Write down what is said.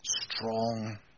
strong